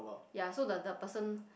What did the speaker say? ya so the the person